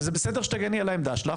וזה בסדר שתגני על העמדה שלך,